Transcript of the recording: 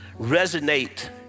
resonate